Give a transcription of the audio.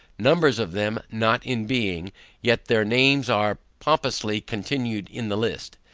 numbers of them not in being yet their names are pompously continued in the list,